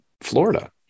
Florida